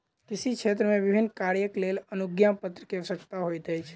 कृषि क्षेत्र मे विभिन्न कार्यक लेल अनुज्ञापत्र के आवश्यकता होइत अछि